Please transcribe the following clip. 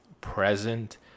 present